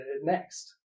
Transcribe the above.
next